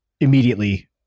immediately